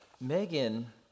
Megan